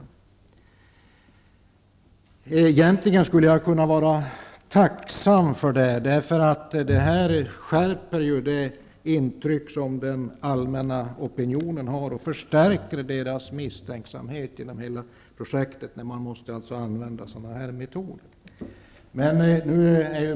Jag skulle egentligen kunna vara tacksam för det, eftersom det skärper det intryck som den allmänna opinionen har. Det förstärker människors misstänksamhet inför hela projektet när man måste använda sådana metoder.